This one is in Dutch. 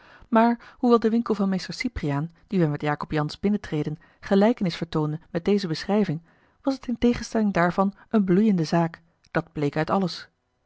maar hoewel de winkel van meester cypriaan die wij met jacob jansz binnentreden gelijkenis vertoonde met deze beschrijving was het in tegenstelling daarvan eene bloeiende zaak dat bleek uit alles